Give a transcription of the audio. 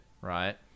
right